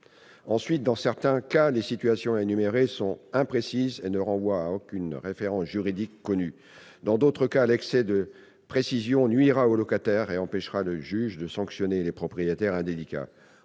insalubres. Dans certains cas, les situations que vous recensez sont imprécises, et ne renvoient à aucune référence juridique connue. Dans d'autres cas, l'excès de précision nuira aux locataires, empêchant le juge de sanctionner les propriétaires indélicats.